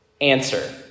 Answer